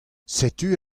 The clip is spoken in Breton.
setu